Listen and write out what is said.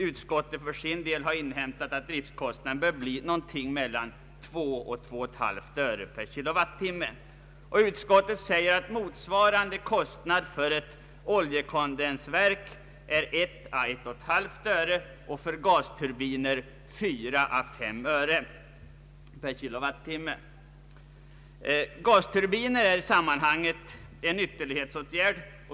Utskottet har för sin del inhämtat att driftskostnaden bör bli något meilan 2 och 2,5 öre per kilowattimme. Utskottet säger att motsvarande kostnad för ett oljekondensverk är 1—1,5 öre och för gasturbiner 4—5 öre per kilowattimme. Gasturbiner är i sammanhanget en ytterlighetsutväg.